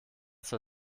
zur